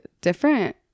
different